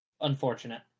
unfortunate